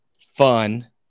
fun